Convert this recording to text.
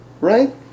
Right